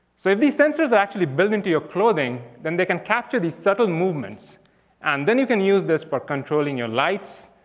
so if these sensors are actually built into your clothing, then they can capture these subtle movements and then you can use this for controlling your lights.